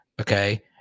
Okay